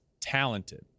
talented